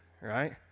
right